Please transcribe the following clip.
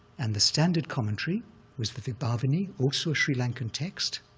and the standard commentary was the vibhavani, also a sri lankan text,